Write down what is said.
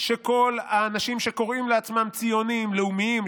של כל האנשים שקוראים לעצמם ציונים לאומיים,